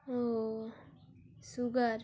ও sugar